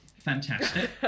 Fantastic